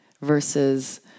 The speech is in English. Versus